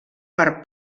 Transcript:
per